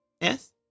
yes